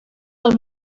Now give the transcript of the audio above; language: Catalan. del